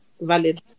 valid